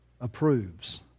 approves